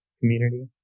community